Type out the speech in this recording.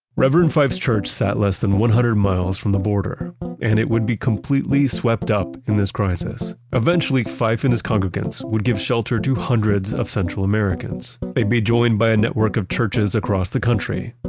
reverend fife's church sat less than one hundred miles from the border and it would be completely swept up in this crisis. eventually, fife and his congregants would give shelter to hundreds of central americans. they'd be joined by a network of churches across the country,